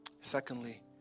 Secondly